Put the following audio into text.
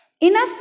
Enough